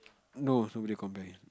no nobody complain